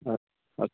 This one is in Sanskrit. अस्तु अस्तु